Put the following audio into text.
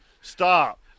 Stop